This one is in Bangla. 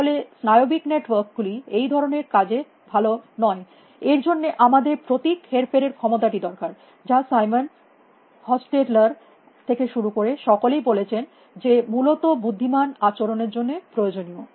তাহলে স্নায়বিক নেটওয়ার্ক গুলি এই ধরনের কাজে ভালো নয় এর জন্য আমাদের প্রতীক হেরফেরের ক্ষমতাটি দরকার যা সাইমন হোস্টেটলার থেকে শুরু করে সকলেই বলেছেন যে মূলত বুদ্ধিমান আচরণের জন্য প্রয়োজনীয়